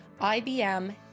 IBM